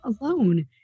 alone